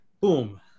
boom